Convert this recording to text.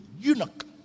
eunuch